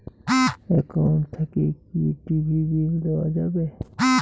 Account থাকি কি TV bill দেওয়া যাবে?